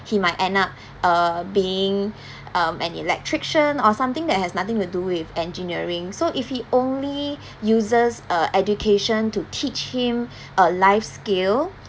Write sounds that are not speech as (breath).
he might end up uh being (breath) um an electrician or something that has nothing to do with engineering so if he only (breath) uses uh education to teach him uh life skill